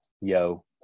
yo